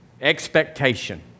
expectation